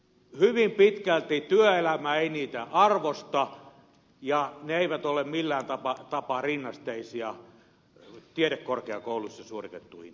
hyvin pitkälti työelämä ei niitä arvosta ja ne eivät ole millään tapaa rinnasteisia tiedekorkeakouluissa suoritettuihin tutkintoihin